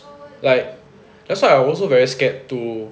like that's why I also very scared to